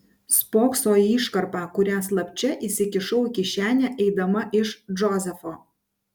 spokso į iškarpą kurią slapčia įsikišau į kišenę eidama iš džozefo